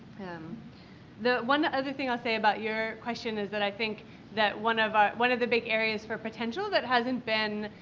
um the one other thing i'll say about your question is that i think that one of one of the big areas for potential that hasn't been